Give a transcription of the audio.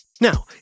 Now